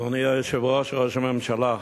אדוני היושב-ראש, ראש הממשלה,